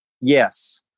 Yes